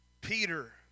Peter